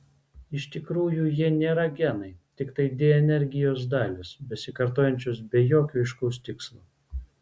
iš tikrųjų jie nėra genai tiktai dnr gijos dalys besikartojančios be jokio aiškaus tikslo